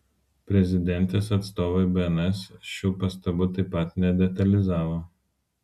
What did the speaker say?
prezidentės atstovai bns šių pastabų taip pat nedetalizavo